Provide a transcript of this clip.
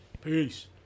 Peace